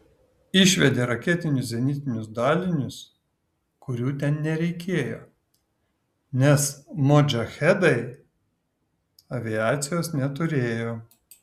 išvedė raketinius zenitinius dalinius kurių ten nereikėjo nes modžahedai aviacijos neturėjo